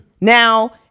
Now